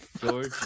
George